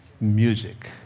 music